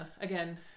again